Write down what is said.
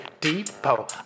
Depot